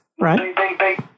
right